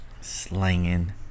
Slanging